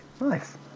nice